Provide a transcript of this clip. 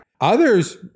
Others